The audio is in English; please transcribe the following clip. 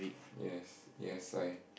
yes yes I